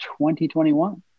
2021